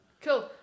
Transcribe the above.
cool